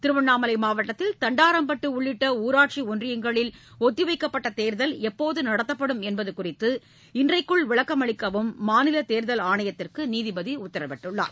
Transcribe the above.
திருவண்ணாமலை மாவட்டத்தில் தண்டராம்பட்டு உள்ளிட்ட ஊராட்சி ஒன்றியங்களில் ஒத்திவைக்கப்பட்ட தேர்தல் எப்போது நடத்தப்படும் என்பது குறித்து இன்றைக்குள் விளக்கமளிக்கவும் மாநில தேர்தல் ஆணையத்திற்கு நீதிபதி உத்தரவிட்டார்